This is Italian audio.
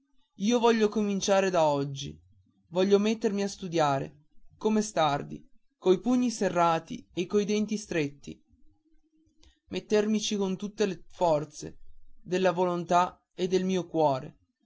io voglio cominciare da oggi voglio mettermi a studiare come stardi coi pugni serrati e coi denti stretti mettermici con tutte le forze della mia volontà e del mio cuore